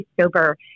sober